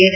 S